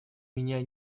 меня